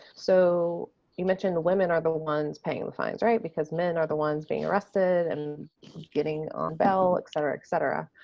so you mentioned the women are the ones paying the fines right because men are the ones being arrested and getting on bail, etc etc.